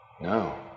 No